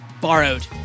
borrowed